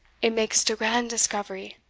it makes de grand discovery.